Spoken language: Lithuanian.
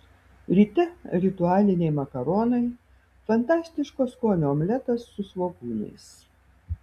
ryte ritualiniai makaronai fantastiško skonio omletas su svogūnais